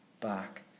back